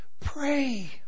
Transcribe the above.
Pray